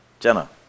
Jenna